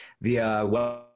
via